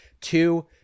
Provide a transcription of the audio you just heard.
Two